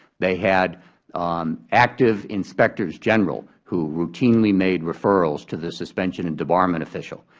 they had active inspectors general who routinely made referrals to the suspension and debarment official.